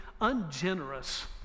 ungenerous